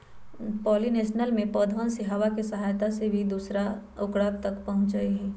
pollination में पौधवन में हवा के सहायता से भी दूसरा औकरा तक पहुंचते हई